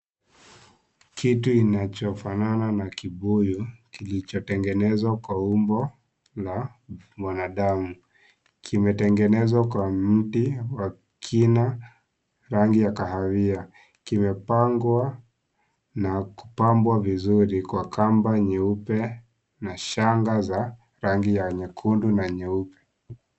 Kitu kinachofanana na kibuyu kilochotengenezwa kwa umbo la mwanadamu. Kimetengenezwa kwa mti wa kina, rangi ya kahawia. Kimepangwa na kupambwa vizuri kwa kamba nyeupe na shanga za rangi ya nyekundu na nyeupe.